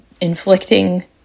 inflicting